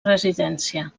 residència